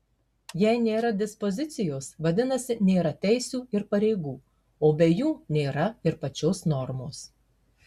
jei nėra dispozicijos vadinasi nėra teisių ir pareigų o be jų nėra ir pačios normos